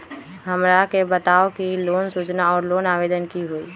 हमरा के बताव कि लोन सूचना और लोन आवेदन की होई?